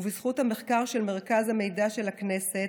ובזכות המחקר של מרכז המידע של הכנסת,